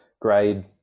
grade